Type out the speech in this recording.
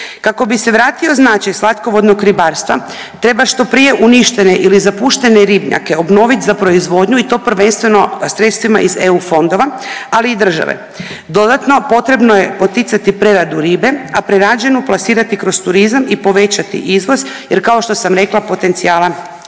Kako bi se vrati značaj slatkovodnog ribarstva treba što prije uništene ili zapuštene ribnjake obnovit za proizvodnju i to prvenstveno sredstvima iz EU fondova, ali i države. Dodatno potrebno je poticati preradu ribe, a prerađenu plasirati kroz turizam i povećati izvoz jer kao što sam rekla potencijala imamo.